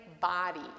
body